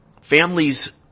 families